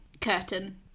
curtain